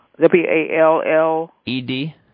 W-A-L-L-E-D